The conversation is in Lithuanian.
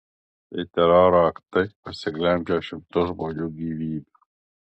tai teroro aktai pasiglemžę šimtus žmonių gyvybių